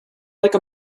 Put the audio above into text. like